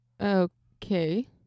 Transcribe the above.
Okay